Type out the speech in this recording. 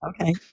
Okay